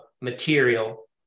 material